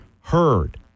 heard